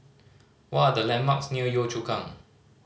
what are the landmarks near Yio Chu Kang